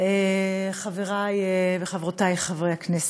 אדוני השר, חברי וחברותי חברי הכנסת,